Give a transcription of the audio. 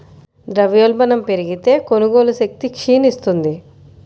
ద్రవ్యోల్బణం పెరిగితే, కొనుగోలు శక్తి క్షీణిస్తుంది